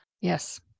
Yes